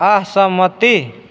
असहमति